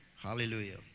Hallelujah